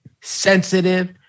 sensitive